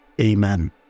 Amen